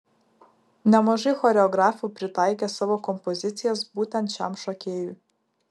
nemažai choreografų pritaikė savo kompozicijas būtent šiam šokėjui